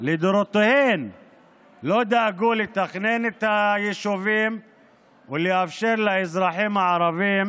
לדורותיהן לא דאגו לתכנן את היישובים ולאפשר לאזרחים הערבים